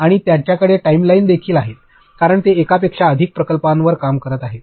आणि त्यांच्याकडे टाइमलाइन देखील आहेत कारण ते एका पेक्षा अधिक प्रकल्पांवर काम करत आहेत